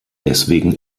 deswegen